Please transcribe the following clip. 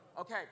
Okay